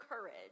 courage